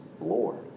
Lord